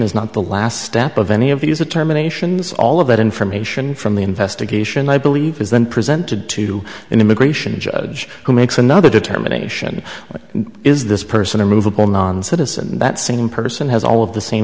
is not the last step of any of these the terminations all of that information from the investigation i believe is then presented to an immigration judge who makes another determination is this person a movable non citizen that same person has all of the same